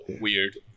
weird